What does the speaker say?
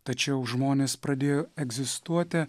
tačiau žmonės pradėjo egzistuoti